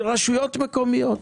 מרשויות מקומיות.